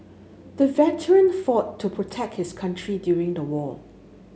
the veteran fought to protect his country during the war